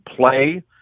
play